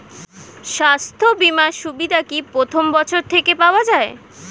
স্বাস্থ্য বীমার সুবিধা কি প্রথম বছর থেকে পাওয়া যায়?